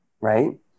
Right